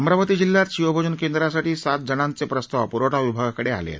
अमरावती जिल्ह्यात शिवभोजन केंद्रासाठी सात जणांचे प्रस्ताव प्रवठा विभागाकडे आले आहेत